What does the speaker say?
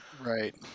Right